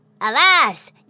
alas